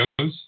videos